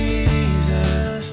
Jesus